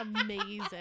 Amazing